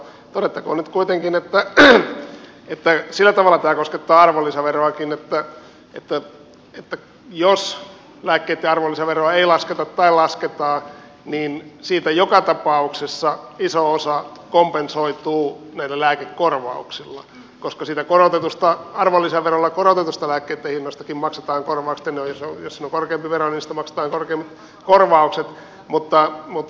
todettakoon nyt kuitenkin että sillä tavalla tämä koskettaa arvonlisäveroakin että jos lääkkeitten arvonlisäveroa ei lasketa tai lasketaan niin siitä joka tapauksessa iso osa kompensoituu näillä lääkekorvauksilla koska siitä arvonlisäverolla korotetusta lääkkeitten hinnastakin maksetaan korvaukset ja jos siinä on korkeampi vero siitä maksetaan korkeammat korvaukset